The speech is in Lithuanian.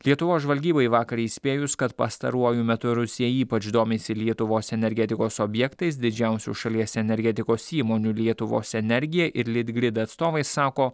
lietuvos žvalgybai vakar įspėjus kad pastaruoju metu rusija ypač domisi lietuvos energetikos objektais didžiausių šalies energetikos įmonių lietuvos energija ir litgrid atstovai sako